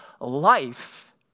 life